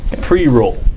Pre-roll